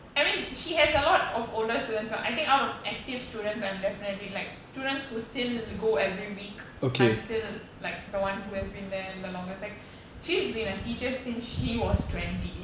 I mean she has a lot of older students but I think out of active students I'm definitely like students who still go every week I'm still like the one who has been there the longest like she's been a teacher since she was twenty